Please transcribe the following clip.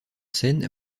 scène